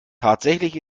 tatsächlich